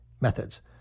Methods